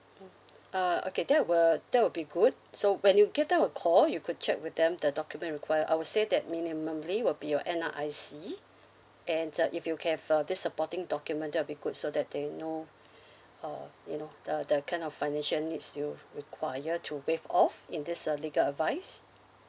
mm uh okay that will that will be good so when you give them a call you could check with them the document required I would say that minimally will be your N_R_I_C and uh if you have uh the supporting document that will be good so that they know uh you know the the kind of financial needs you've required to waive off in this uh legal advice